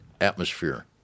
atmosphere